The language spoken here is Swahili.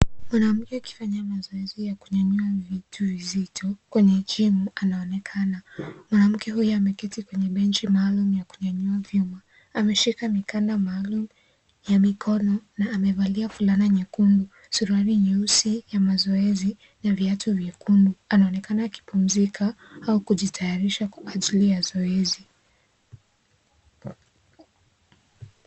Mwanamke akifanya zoezi ya kunyinyua vitu nxito kwenye gym anaonekana mwanamke huyu ameketi kwenye benchi maalum ya kunyanyua ameshika mikanda maalum ya mikono na amevalia fulana nyekundu suruali nyeusi ya mazoezi na viatu viekundu anaonekana akipumzika au kujitayarisha kwa ajili ya zoezi.